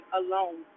alone